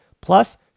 Plus